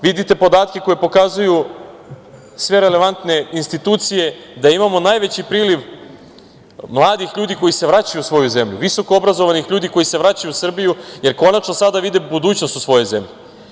Vidite podatke koji pokazuju sve relevantne institucije, da imamo najveći priliv mladih ljudi koji se vraćaju u svoju zemlju, visokoobrazovanih ljudi koji se vraćaju u Srbiju, jer konačno sada vide budućnost u svojoj zemlji.